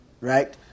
right